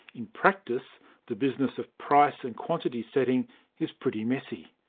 in practice the business of price and quantity-setting is pretty messy.